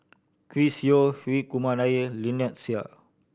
Chris Yeo Hri Kumar Nair Lynnette Seah